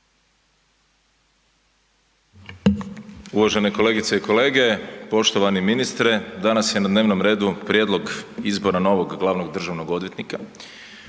Uvažene kolegice i kolege, poštovani ministre danas je na dnevnom redu prijedlog izbora novog glavnog državnog odvjetnika.